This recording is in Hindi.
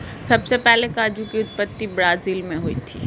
सबसे पहले काजू की उत्पत्ति ब्राज़ील मैं हुई थी